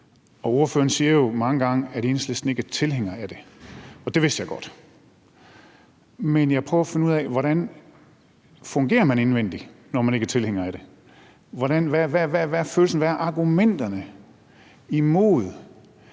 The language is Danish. Ordføreren siger jo mange gange, at Enhedslisten ikke er tilhænger af det, og det vidste jeg godt. Men jeg prøver at finde ud af, hvordan man fungerer indvendig, når man ikke er tilhænger af det. Hvad er følelsen? Hvad er argumenterne imod